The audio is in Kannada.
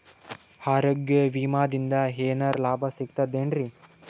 ಆರೋಗ್ಯ ವಿಮಾದಿಂದ ಏನರ್ ಲಾಭ ಸಿಗತದೇನ್ರಿ?